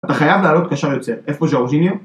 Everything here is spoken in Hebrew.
אתה חייב לעלות כאשר יוצא, איפה ג'ורג'יניה?